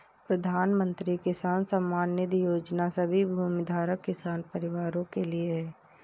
प्रधानमंत्री किसान सम्मान निधि योजना सभी भूमिधारक किसान परिवारों के लिए है